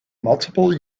multiple